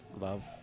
love